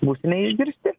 būsime išgirsti